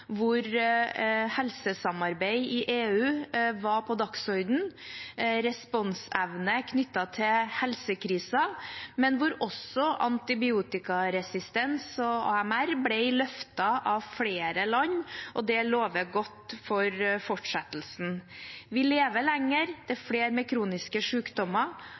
hvor helsesamarbeid i EU og responsevne knyttet til helsekriser sto på dagsordenen, men hvor også antibiotikaresistens og AMR ble løftet fram av flere land, og det lover godt for fortsettelsen. Vi lever lenger, det er flere med kroniske